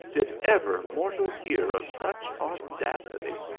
did ever mortal hear of such audacity?